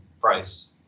price